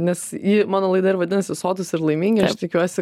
nes ji mano laida ir vadinasi sotūs ir laimingi aš tikiuosi